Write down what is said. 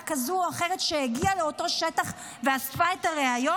כזו או אחרת שהגיעה לאותו שטח ואספה את הראיות.